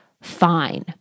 fine